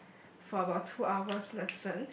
for about two hours lesson